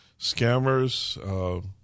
scammers